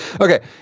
Okay